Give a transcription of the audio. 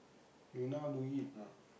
you know how to eat not